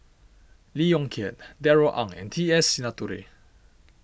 Lee Yong Kiat Darrell Ang and T S Sinnathuray